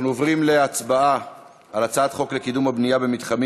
אנחנו עוברים להצבעה על הצעת חוק לקידום הבנייה במתחמים